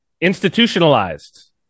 Institutionalized